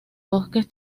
bosques